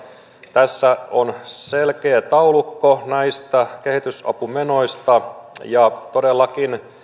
tässä on selkeä taulukko näistä kehitysapumenoista ja todellakin